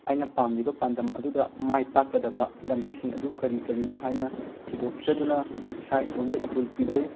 ꯑꯩꯅ ꯄꯥꯝꯂꯤꯕ ꯄꯥꯟꯗꯝ ꯑꯗꯨꯗ ꯃꯥꯏ ꯄꯥꯛꯀꯗꯕ ꯂꯝꯕꯤꯁꯤꯡ ꯑꯗꯨ ꯀꯔꯤ ꯀꯔꯤꯅꯣ ꯍꯥꯏꯅ ꯊꯤꯗꯣꯛꯆꯗꯨꯅ ꯏꯁꯥ ꯏꯇꯣꯝꯗ ꯏꯍꯨꯜ ꯄꯤꯖꯩ